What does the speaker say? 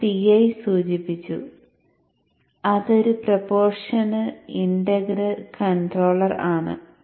ഞാൻ PI സൂചിപ്പിച്ചു അത് ഒരു പ്രൊപ്പോഷണൽ ഇന്റഗ്രൽ കൺട്രോളർ ആണ്